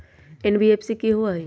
NBFC कि होअ हई?